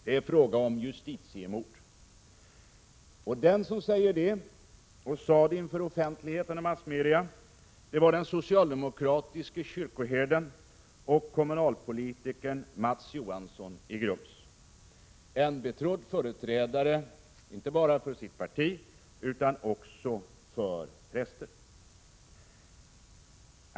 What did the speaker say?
Det är fråga om ett justitiemord!” Den som sade detta, inför offentligheten och massmedia, var den socialdemokratiske kommunalpolitikern och kyrkoherden Mats Johansson i Grums — en betrodd företrädare inte bara för sitt parti utan också för präster.